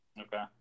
okay